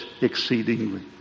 exceedingly